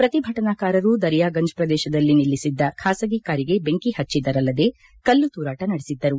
ಪ್ರತಿಭಟನಾಕಾರರು ದರಿಯಾಗಂಜ್ ಪ್ರದೇಶದಲ್ಲಿ ನಿಲ್ಲಿಸಿದ್ದ ಖಾಸಗಿ ಕಾರಿಗೆ ಬೆಂಕಿ ಪಚ್ಚಿದ್ದರಲ್ಲದೇ ಕಲ್ಲು ತೂರಾಟ ನಡೆಸಿದ್ದರು